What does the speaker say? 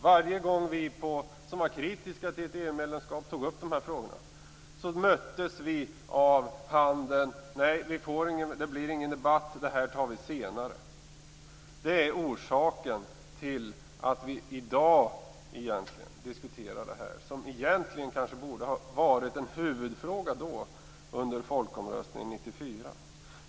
Varje gång vi som var kritiska till ett EU-medlemskap tog upp de här frågorna möttes vi av beskedet: Det blir ingen debatt. Det här tar vi senare. Det är orsaken till att vi i dag diskuterar det här som egentligen borde ha varit en huvudfråga under folkomröstningen 1994.